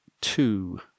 two